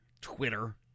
Twitter